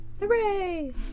hooray